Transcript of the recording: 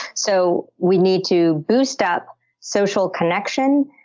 so we need to boost up social connection,